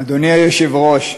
אדוני היושב-ראש,